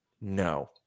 No